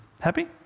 Happy